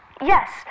Yes